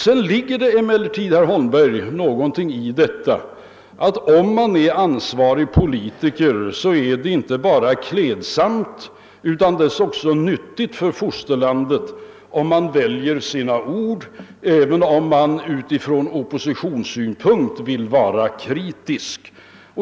Det ligger emellertid, herr Holmberg, någonting i att det, om man är ansvarig politiker, inte bara är klädsamt utan dessutom nyttigt för fosterlandet att att man väljer sina ord, även om man från oppositionssynpunkt vill vara kritisk.